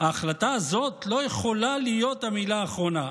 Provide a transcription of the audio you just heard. "ההחלטה הזאת לא יכולה להיות המילה האחרונה".